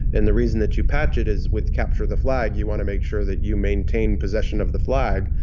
and the reason that you patch it is with capture-the-flag you want to make sure that you maintain possession of the flag,